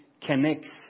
connects